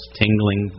tingling